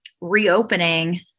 reopening